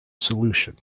solution